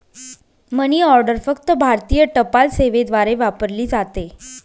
मनी order फक्त भारतीय टपाल सेवेद्वारे वापरली जाते